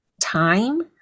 time